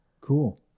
Cool